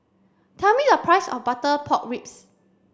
tell me the price of butter pork ribs